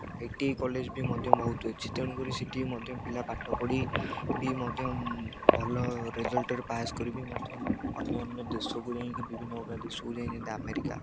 I T I college ବି ମଧ୍ୟ ବହୁତ ଅଛି ତେଣୁକରି ସେଠି ମଧ୍ୟ ପିଲା ପାଠ ପଢ଼ି ବି ମଧ୍ୟ ଭଲ ରେଜଲ୍ଟରେ ପାସ୍ କରି ମଧ୍ୟ ଅନ୍ୟ ଅନ୍ୟ ଦେଶକୁ ଯାଇକି ବିଭିନ୍ନ ପ୍ରକାର ଦେଶକୁ ଯାଇ ଯେମିତି ଆମେରିକା